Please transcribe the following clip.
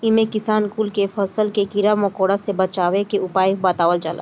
इमे किसान कुल के फसल के कीड़ा मकोड़ा से बचावे के उपाय बतावल जाला